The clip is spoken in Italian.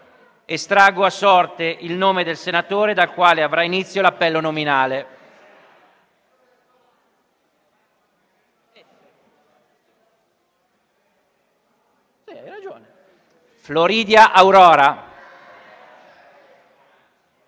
Estraggo ora a sorte il nome del senatore dal quale avrà inizio l'appello nominale. *(È estratto a